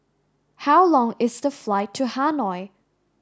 how long is the flight to Hanoi